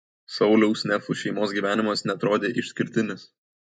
sauliaus nefų šeimos gyvenimas neatrodė išskirtinis